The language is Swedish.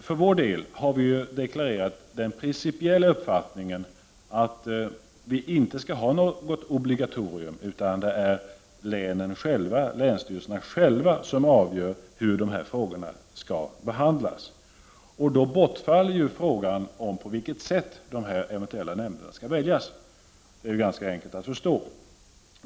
För vår del har vi deklarerat den principiella uppfattningen att vi inte skall ha något obligatorium utan att länsstyrelserna själva skall avgöra hur de här frågorna skall behandlas. Då bortfaller frågan, på vilket sätt de här eventuella nämnderna skall väljas. Det är ganska enkelt.